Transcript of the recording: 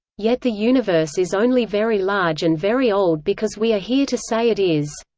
yet the universe is only very large and very old because we are here to say it is.